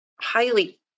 highly